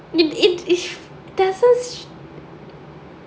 it it it doesn't